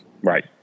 Right